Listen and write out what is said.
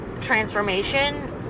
transformation